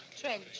Trench